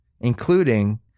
including